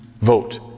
vote